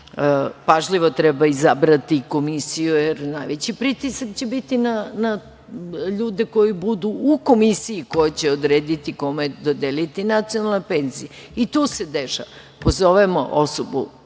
Pažljivo treba izabrati komisiju, jer najveći pritisak će biti na ljude koji budu u komisiji koja će odrediti kome dodeliti nacionalnu penziju.Dešava se i to da pozovemo osobu